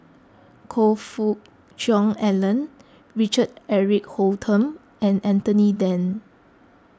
Choe Fook Cheong Alan Richard Eric Holttum and Anthony then